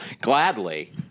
Gladly